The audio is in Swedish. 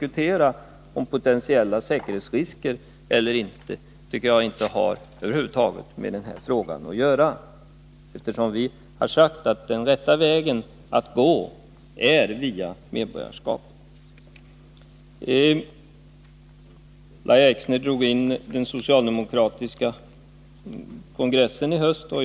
Talet om potentiella säkerhetsrisker osv. tycker jag över huvud taget inte har med den här frågan att göra, eftersom vi har sagt att den rätta vägen till rösträtten är att gå via medborgarskapet. Lahja Exner drog in höstens socialdemokratiska partikongress i debatten.